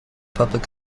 public